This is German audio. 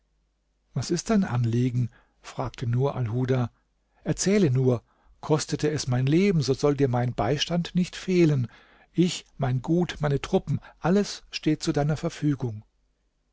was ist dein anliegen fragte nur alhuda erzähle nur kostete es mein leben so soll dir mein beistand nicht fehlen ich mein gut meine truppen alles steht zu deiner verfügung